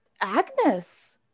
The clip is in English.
Agnes